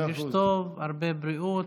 תרגיש טוב, הרבה בריאות.